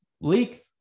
leak